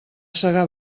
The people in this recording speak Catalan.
segar